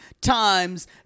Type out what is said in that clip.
times